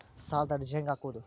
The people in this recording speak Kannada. ಸಾಲದ ಅರ್ಜಿ ಹೆಂಗ್ ಹಾಕುವುದು?